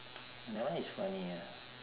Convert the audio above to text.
that one is funny ah